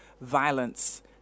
violence